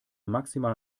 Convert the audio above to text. maximal